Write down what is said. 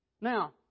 Now